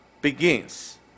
begins